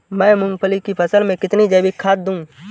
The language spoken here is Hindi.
मैं मूंगफली की फसल में कितनी जैविक खाद दूं?